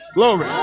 Glory